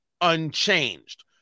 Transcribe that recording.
unchanged